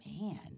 man